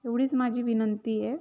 एवढीच माझी विनंती आहे